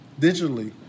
Digitally